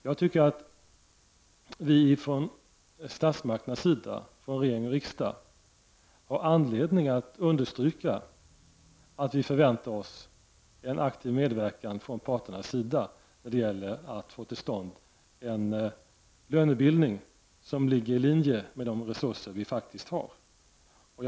Vi har från statsmakternas sida, i regering och riksdag, anledning att understryka att vi förväntar oss en aktiv medverkan från parterna när det gäller att få till stånd en lönebildning som ligger i linje med de resurser som faktiskt finns.